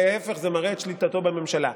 להפך, זה מראה את שליטתו בממשלה.